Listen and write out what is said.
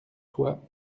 toi